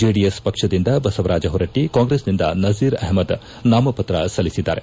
JDS ಪಕ್ಷದಿಂದ ಬಸವರಾಜ್ ಹೊರಟ್ಟ ಕಾಂಗ್ರೆಸ್ನಿಂದ ನಬೀರ್ ಅಹಮದ್ ನಾಮಪತ್ರ ಸಲ್ಲಿಸಿದ್ದಾರೆ